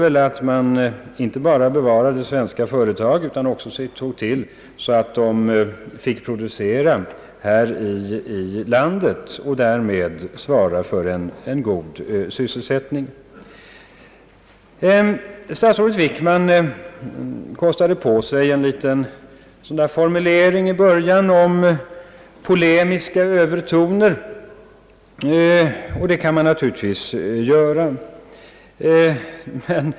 Det är viktigt att man inte endast bevarar svenska företag i svensk ägo utan också ser till att de får producera här i landet och därmed svara för en god sysselsättning. Statsrådet Wickman kostade på sig att i början göra en liten formulering om »polemiska övertoner», Så kan man naturligtvis göra.